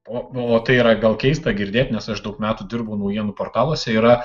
o o tai yra gal keista girdėti nes aš daug metų dirbau naujienų portaluose yra